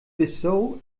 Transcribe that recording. bissau